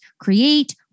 create